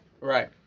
Right